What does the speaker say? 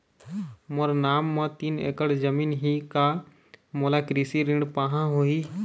मोर नाम म तीन एकड़ जमीन ही का मोला कृषि ऋण पाहां होही?